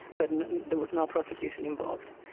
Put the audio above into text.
but and there was no prosecution involved.